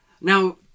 Now